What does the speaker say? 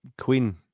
Queen